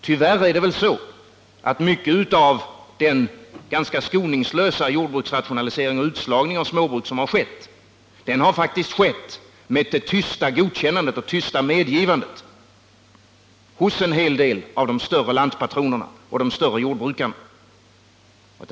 Tyvärr har mycket av den ganska skoningslösa jordbruksrationaliseringen och utslagningen av småbruk faktiskt ägt rum med det tysta medgivandet hos en hel del av de större lantpatronerna och jordbrukarna.